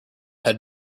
had